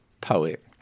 poet